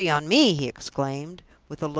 mercy on me! he exclaimed,